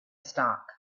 stock